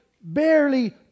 barely